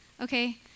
Okay